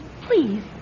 Please